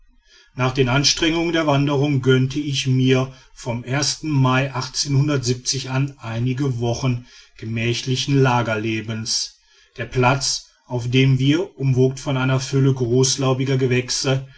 nach den anstrengungen der wanderung gönnte ich mir vom mai an einige wochen gemächlichen lagerlebens der platz auf dem wir umwogt von einer fülle großlaubiger gewächse